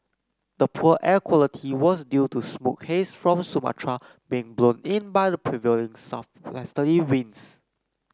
the poor air quality was due to smoke haze from Sumatra being blown in by the prevailing southwesterly winds